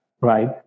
right